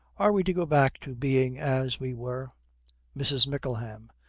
are we to go back to being as we were mrs. mickleham.